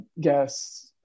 guests